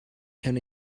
can